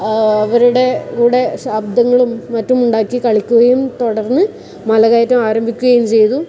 അവരുടെ കൂടെ ശബ്ദങ്ങളും മറ്റും ഉണ്ടാക്കി കളിക്കുകയും തുടർന്ന് മലകയറ്റം ആരംഭിക്കുകയും ചെയ്തു